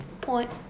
Point